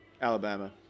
Alabama